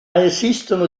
esistono